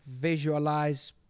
visualize